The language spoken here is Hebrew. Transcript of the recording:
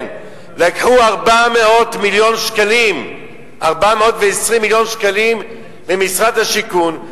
כן לקחו 420 מיליון שקלים ממשרד השיכון,